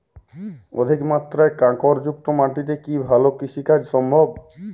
অধিকমাত্রায় কাঁকরযুক্ত মাটিতে কি ভালো কৃষিকাজ সম্ভব?